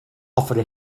offered